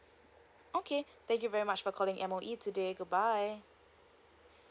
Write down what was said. okay thank you very much for calling M_O_E today goodbye